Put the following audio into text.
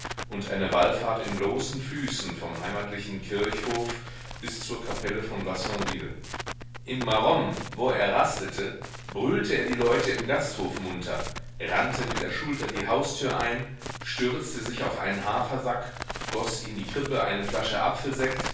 und eine wallfahrt in bloßen füßen vom heimatlichen kirchhof bis zur kapelle von vassonville in maromme wo er rastete brüllte er die leute im gasthof munter rannte mit der schulter die haustür ein stürzte sich auf einen hafersack goß in die krippe eine flasche apfelsekt